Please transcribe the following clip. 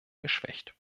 geschwächt